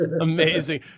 amazing